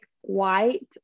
white